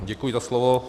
Děkuji za slovo.